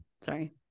sorry